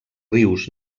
rius